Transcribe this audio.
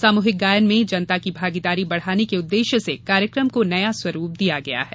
सामूहिक गायन में जनता की भागीदारी बढ़ाने के उददेश्य से कार्यक्रम को नया स्वरूप दिया गया है